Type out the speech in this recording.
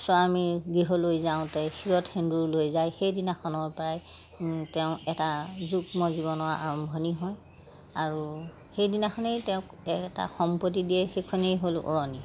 স্বামী গৃহলৈ যাওঁতে শিৰত সেন্দুৰ লৈ যায় সেইদিনাখনৰ পৰাই তেওঁ এটা যুগ্ম জীৱনৰ আৰম্ভণি হয় আৰু সেইদিনাখনেই তেওঁক এটা সম্পত্তি দিয়ে সেইখনেই হ'ল ওৰণি